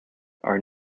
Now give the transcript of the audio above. are